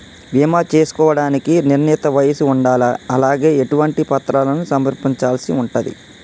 బీమా చేసుకోవడానికి నిర్ణీత వయస్సు ఉండాలా? అలాగే ఎటువంటి పత్రాలను సమర్పించాల్సి ఉంటది?